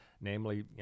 namely